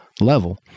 level